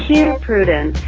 dear prudence,